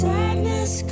Sadness